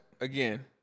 again